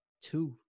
two